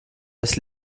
das